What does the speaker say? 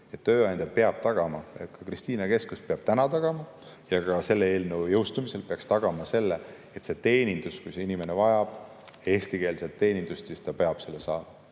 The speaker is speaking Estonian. Tööandja peab tagama, Kristiine Keskus peab täna tagama ja ka selle eelnõu jõustumisel peaks tagama selle, et kui inimene vajab eestikeelset teenindust, siis ta peab selle saama.